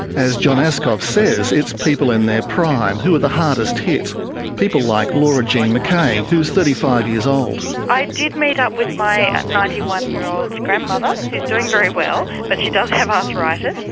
as john aaskov says, it's people in their prime who are the hardest hit people like laura jean mckay, who's thirty five years old. i did meet up with my ninety one year old grandmother, who is doing very well, but she does have arthritis,